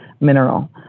mineral